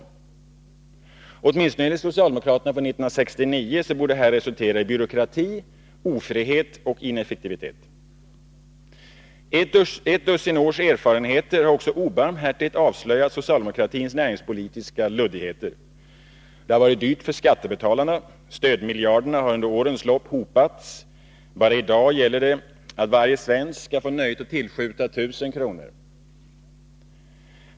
Åtminstone enligt socialdemokraterna från 1969 borde detta resultera i byråkrati, ofrihet och ineffektivitet. Ett dussin års erfarenheter har också obarmhärtigt avslöjat socialdemokratins näringspolitiska luddigheter. Det har varit dyrt för skattebetalarna. Stödmiljarderna har under årens lopp hopats. Bara i dag gäller det att varje svensk skall få nöjet att tillskjuta 1000 kr.